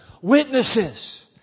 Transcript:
Witnesses